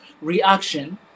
reaction